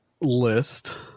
list